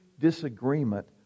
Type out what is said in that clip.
disagreement